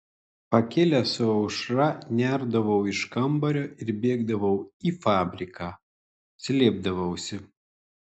pakilęs su aušra nerdavau iš kambario ir bėgdavau į fabriką slėpdavausi